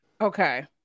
Okay